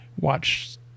watch